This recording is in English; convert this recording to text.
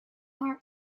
are